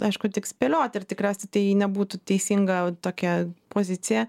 aišku tik spėliot ir tikriausiai tai nebūtų teisinga tokia pozicija